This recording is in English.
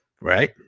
Right